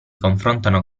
confrontano